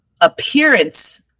appearance